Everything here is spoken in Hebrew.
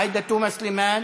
עאידה תומא סלימאן,